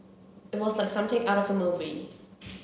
it was like something out of a movie